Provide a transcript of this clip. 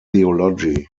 theology